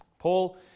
Paul